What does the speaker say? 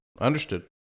Understood